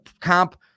comp